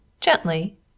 gently